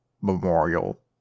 memorial